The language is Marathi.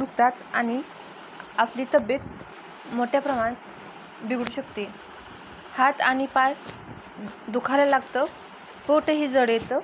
दुखतात आणि आपली तब्येत मोठ्या प्रमाणात बिघडू शकते हात आणि पाय दुखायला लागतं पोटंही जड येतं